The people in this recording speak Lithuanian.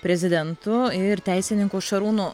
prezidentu ir teisininku šarūnu